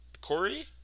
Corey